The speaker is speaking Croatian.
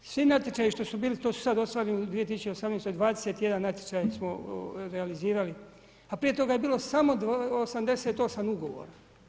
Svi natječaji što su bili to su sad ostvareni u 2018.-oj, 21 natječaj smo realizirali, a prije toga je bilo samo 88 ugovora.